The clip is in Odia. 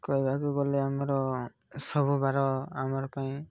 କହିବାକୁ ଗଲେ ଆମର ସବୁ ବାର ଆମର ପାଇଁ